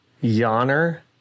Yonner